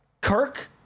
Kirk